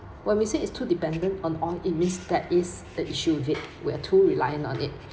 when we say it's too dependent on oil it means that is the issue of it we're too reliant on it